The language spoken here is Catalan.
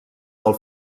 del